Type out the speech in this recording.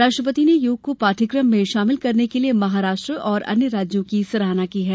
राष्ट्रपति ने योग को पाठ्यक्रम में शामिल करने के लिए महाराष्ट्र और अन्य राज्यों की सराहना की है